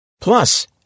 Plus